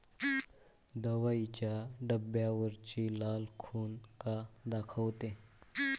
दवाईच्या डब्यावरची लाल खून का दाखवते?